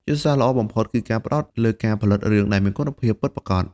យុទ្ធសាស្ត្រល្អបំផុត គឺការផ្តោតលើការផលិតរឿងដែលមានគុណភាពពិតប្រាកដ។